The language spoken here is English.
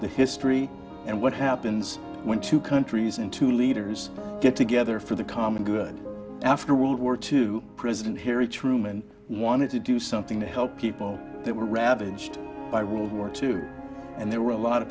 the history and what happens when two countries in two leaders get together for the common good after world war two president harry truman wanted to do something to help people that were ravaged by world war two and there were a lot of